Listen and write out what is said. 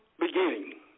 beginning